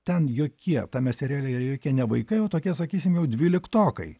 ten jokie tame seriale ir jokie ne vaikai o tokie sakysim jau dvyliktokai